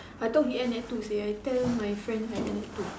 I thought we end at two seh I tell my friend I end at two